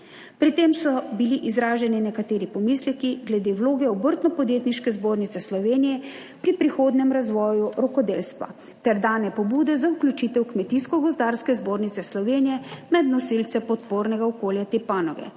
Pri tem so bili izraženi nekateri pomisleki glede vloge Obrtno-podjetniške zbornice Slovenije pri prihodnjem razvoju rokodelstva ter dane pobude za vključitev Kmetijsko gozdarske zbornice Slovenije med nosilce podpornega okolja te panoge.